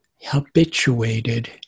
habituated